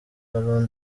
ballon